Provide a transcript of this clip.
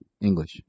English